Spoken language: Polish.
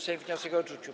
Sejm wniosek odrzucił.